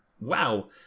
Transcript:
Wow